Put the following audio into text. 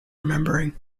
remembering